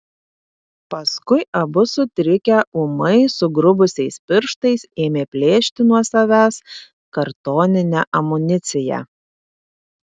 paskui abu sutrikę ūmai sugrubusiais pirštais ėmė plėšti nuo savęs kartoninę amuniciją